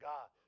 God